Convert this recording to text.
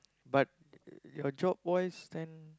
but your job wise then